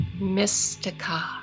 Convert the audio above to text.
Mystica